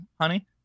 honey